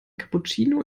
cappuccino